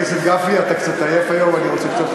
את היחס חוב תוצר,